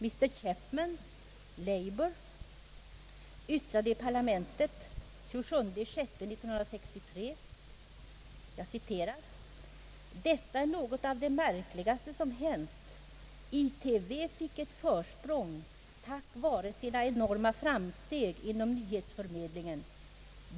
Mr Chapman yttrade i parlamentet 27/6 1963: »Detta är något av det märkligaste som hänt. ITV fick ett försprång tack vare sina enorma framsteg inom nyhetsförmedlingen.